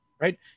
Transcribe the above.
right